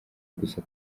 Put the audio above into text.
gusa